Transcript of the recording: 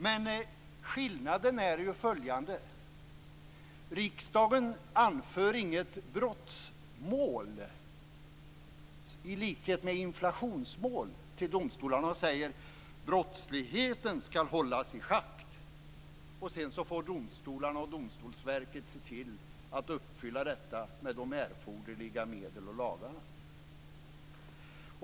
Men skillnaden är ju följande: Riksdagen anför inget brottsmål i likhet med inflationsmål till domstolarna och säger att brottsligheten skall hållas i schack, och sedan får domstolarna och Domstolsverket se till att uppfylla detta med de erforderliga medlen och lagarna.